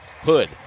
Hood